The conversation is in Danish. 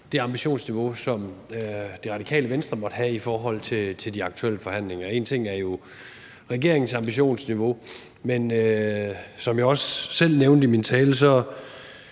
det ambitionsniveau, som Radikale Venstre måtte have i forhold til de aktuelle forhandlinger. En ting er jo regeringens ambitionsniveau. Men som jeg også selv nævnte i min tale,